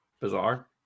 bizarre